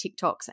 TikToks